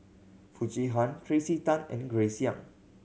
Foo Chee Han Tracey Tan and Grace Young